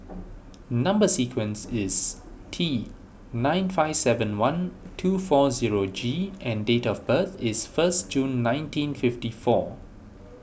Number Sequence is T nine five seven one two four zero G and date of birth is first June nineteen fifty four